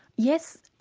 yes,